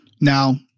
Now